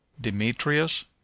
Demetrius